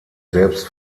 selbst